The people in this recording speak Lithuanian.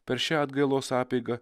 per šią atgailos apeigą